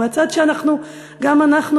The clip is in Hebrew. מהצד שגם אנחנו,